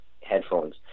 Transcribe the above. headphones